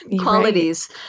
qualities